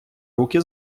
руки